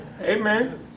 Amen